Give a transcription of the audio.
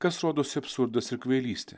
kas rodosi absurdas ir kvailystė